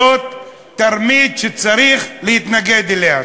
זאת תרמית שצריך להתנגד לה.